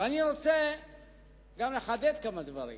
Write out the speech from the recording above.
אבל אני רוצה לחדד כמה דברים,